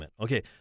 Okay